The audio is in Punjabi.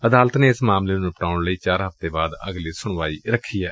ਅਦਾਲਤ ਨੇ ਇਸ ਮਾਮਲੇ ਨੂੰ ਨਿਪਟਾਉਣ ਲਈ ਚਾਰ ਹਫਤੇ ਬਾਅਦ ਅਗਲੀ ਸੁਣਵਾਈ ਰੱਖੀ ਏ